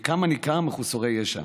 חלקם הניכר חסרי ישע,